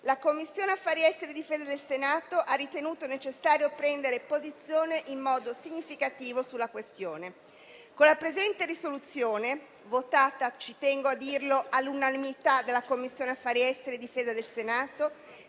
la Commissione affari esteri e difesa del Senato ha ritenuto necessario prendere posizione in modo significativo sulla questione. Con la presente risoluzione, votata - ci tengo a dirlo - all'unanimità della Commissione affari esteri e difesa del Senato,